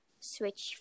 switch